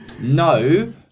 No